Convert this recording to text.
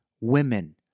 women